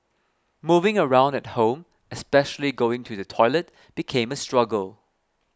moving around at home especially going to the toilet became a struggle